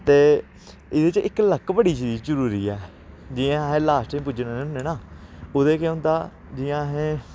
ते एह्दे च इक लक बड़ी चीज जरूरी ऐ जि'यां असें लास्ट च पुज्जने होन्ने ना ओह्दे केह् होंदा जि'यां असें